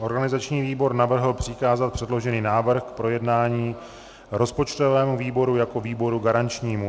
Organizační výbor navrhl přikázat předložený návrh k projednání rozpočtovému výboru jako výboru garančnímu.